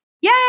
Yay